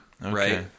right